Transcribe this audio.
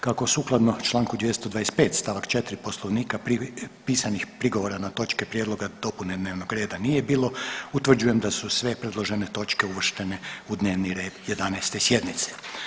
Kako sukladno čl. 225. st. 4 Poslovnika pisanih prigovora na točke prijedloga dopune dnevnog reda nije bilo, utvrđujem da su sve predložene točke uvrštene u dnevni red 11. sjednice.